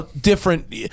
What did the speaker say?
different